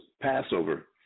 Passover